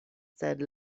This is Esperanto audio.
sed